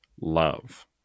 love